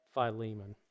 Philemon